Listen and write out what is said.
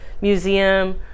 museum